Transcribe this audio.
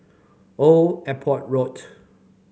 Old Airport Road